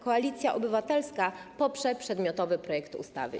Koalicja Obywatelska poprze przedmiotowy projekt ustawy.